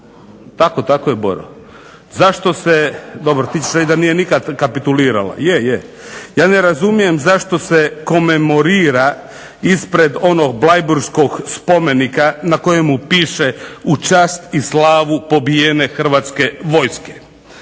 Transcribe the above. zašto se, zašto se, dobro ti ćeš reći da nije nikada rekapitulirala, je je. Ja ne znam zašto se komemorira ispred onog Bleiburškog spomenika na kojemu piše u čast i slavu pobijene Hrvatske vojske.